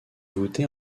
voûtée